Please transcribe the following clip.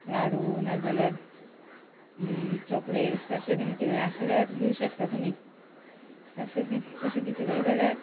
लाडू ना जाल्यार चॉक्लेट्स तशे बी कितें आसल्यार दिवंक शकता तुमी